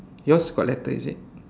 yours got letter is it